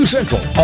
Central